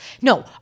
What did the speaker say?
No